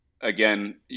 again